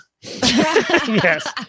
Yes